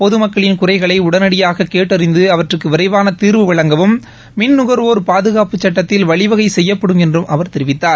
பொது மக்களின் குறைகளை உடனடியாக கேட்டறிந்து அவற்றுக்கு விரைவான தீர்வு வழங்கவும் மின் நுகர்வோர் பாதுகாப்புச் சட்டத்தில் வழிவகை செய்யப்படும் என்று அவர் தெரிவித்தார்